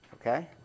Okay